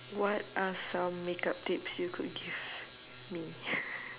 what are some makeup tips you could give me